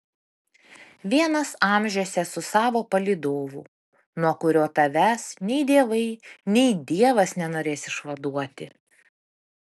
vienas amžiuose su savo palydovu nuo kurio tavęs nei dievai nei dievas nenorės išvaduoti